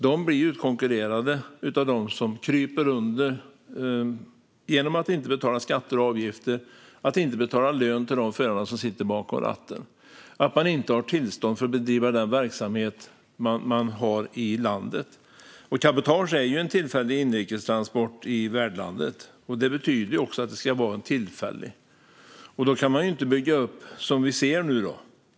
De blir utkonkurrerade av dem som kryper under genom att inte betala skatter och avgifter, inte betala lön till de förare som sitter bakom ratten och inte ha tillstånd för att bedriva den verksamhet som man har i landet. Cabotage är ju en tillfällig inrikestransport i värdlandet - det är så det ska vara. Då kan man inte bygga upp det som vi ser nu.